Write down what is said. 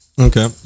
okay